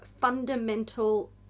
fundamental